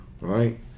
Right